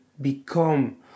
become